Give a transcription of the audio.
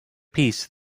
peace